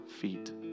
feet